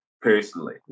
personally